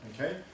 Okay